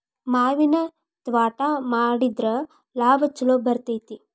ಮಾವಿನ ತ್ವಾಟಾ ಮಾಡಿದ್ರ ಲಾಭಾ ಛಲೋ ಬರ್ತೈತಿ